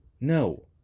no